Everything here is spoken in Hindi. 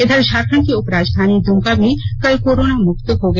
इधर झारखंड की उप राजधानी दुमका भी कल कोरोना मुक्त हो गया